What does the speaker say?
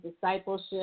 discipleship